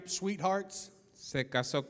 sweethearts